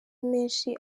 menshi